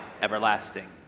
everlasting